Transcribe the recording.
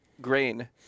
grain